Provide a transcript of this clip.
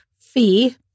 fee